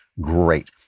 great